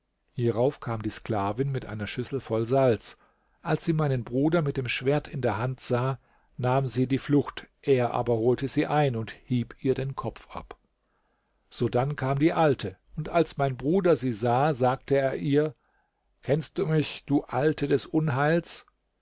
hierauf kam die sklavin mit einer schüssel voll salz als sie meinen bruder mit dem schwert in der hand sah nahm sie die flucht er aber holte sie ein und hieb ihr den kopf ab sodann kam die alte und als mein bruder sie sah sagte er ihr kennst du mich du alte des unheils